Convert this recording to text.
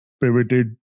pivoted